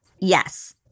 yes